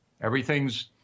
Everything's